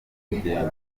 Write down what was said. k’urugendo